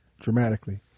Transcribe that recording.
dramatically